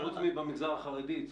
חוץ מאשר במגזר החרדי,